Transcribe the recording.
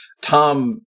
Tom